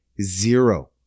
zero